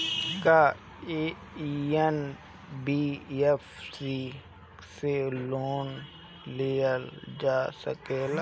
का एन.बी.एफ.सी से लोन लियल जा सकेला?